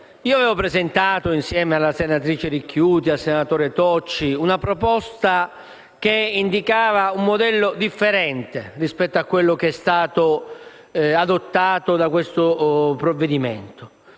Sulla prescrizione, insieme alla senatrice Ricchiuti e al senatore Tocci, avevo presentato una proposta che indicava un modello differente rispetto a quello che è stato adottato da questo provvedimento.